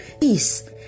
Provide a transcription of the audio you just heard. peace